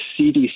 CDC